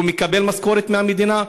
הוא מקבל משכורת מהמדינה?